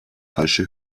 falsche